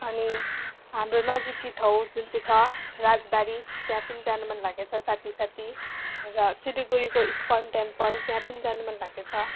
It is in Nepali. अनि हाम्रो नजिकी ठाउँ जुन चाहिँ छ राजबारी त्यहाँ पनि जानु मनलागेको छ साथी साथी र सिलगढीको इस्कन टेम्पल त्यहाँ पनि जानु मनलागेको छ